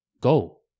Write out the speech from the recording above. go